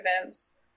events